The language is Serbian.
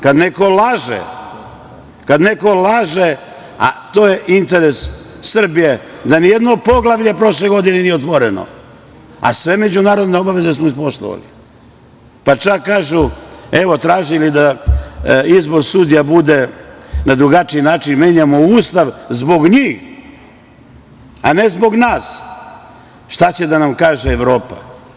Kad neko laže, a to je interes Srbije, da nijedno poglavlje prošle godine nije otvoreno, a sve međunarodne obaveze smo ispoštovali, pa čak kažu, evo, tražili da izbor sudija bude na drugačiji način, menjamo Ustav zbog njih, a ne zbog nas, šta će da nam kaže Evropa?